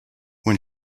when